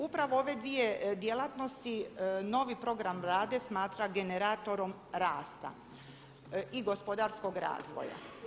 Upravo ove dvije djelatnosti novi program Vlade smatra generatorom rasta i gospodarskog razvoja.